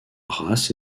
race